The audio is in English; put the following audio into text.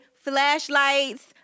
flashlights